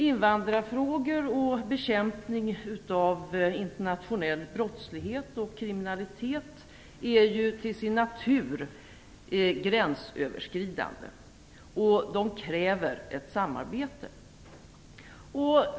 Invandrarfrågor och frågor om bekämpning av internationell brottslighet och kriminalitet är till sin natur gränsöverskridande. De kräver ett samarbete.